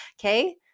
Okay